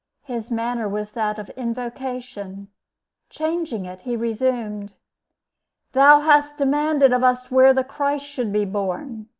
his manner was that of invocation changing it, he resumed thou hast demanded of us where the christ should be born.